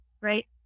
Right